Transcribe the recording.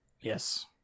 Yes